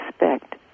respect